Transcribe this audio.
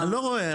אני לא רואה.